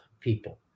people